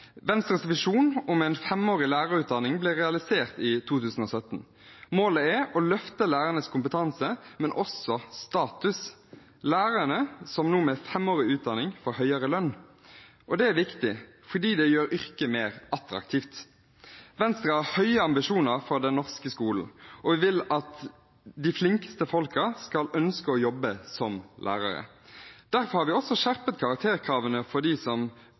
Venstres visjon om en femårig lærerutdanning ble realisert i 2017. Målet er å løfte lærernes kompetanse, men også deres status. Lærerne, som nå får femårig utdanning, får høyere lønn. Det er viktig, for det gjør yrket mer attraktivt. Venstre har høye ambisjoner for den norske skolen. Vi vil at de flinkeste folkene skal ønske å jobbe som lærere. Derfor har vi også skjerpet karakterkravene for dem som